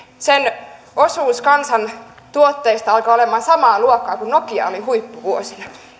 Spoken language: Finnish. sen osuus kansantuotteesta alkaa olemaan samaa luokkaa kuin mitä nokia oli huippuvuosina